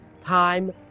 time